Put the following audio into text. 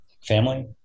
family